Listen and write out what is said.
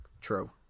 True